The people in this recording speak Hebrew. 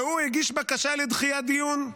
והוא הגיש בקשה לדחיית דיון,